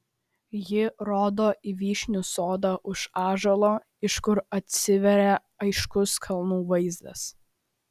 ji rodo į vyšnių sodą už ąžuolo iš kur atsiveria aiškus kalnų vaizdas